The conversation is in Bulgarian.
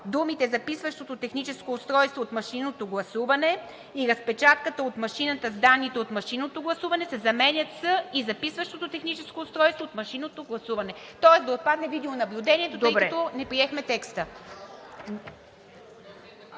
думите „записващото техническо устройство от машинното гласуване и разпечатката от машината с данните от машинното гласуване“ се заменят с „и записващото техническо устройство от машинното гласуване“. Тоест да отпадне „видеонаблюдението“, тъй като не приехме текста.